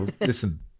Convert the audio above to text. Listen